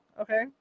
okay